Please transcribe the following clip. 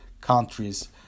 countries